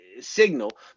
signal